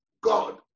God